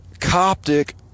Coptic